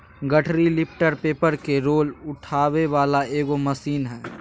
गठरी lifter paper के roll उठावे वाला एगो मशीन हइ